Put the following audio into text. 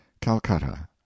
Calcutta